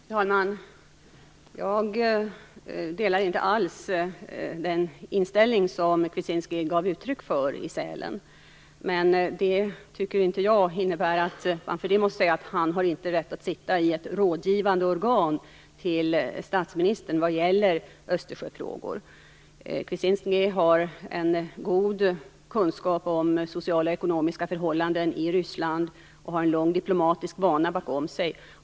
Fru talman! Jag delar inte alls den inställning som Julij Kvitsinskij gav uttryck för i Sälen. Men det tycker inte jag innebär att man därför måste säga att han inte har rätt att sitta med i statsministerns rådgivande organ vad gäller Östersjöfrågor. Julij Kvitsinskij har god kunskap om sociala och ekonomiska förhållanden i Ryssland och har en lång diplomatisk bana bakom sig.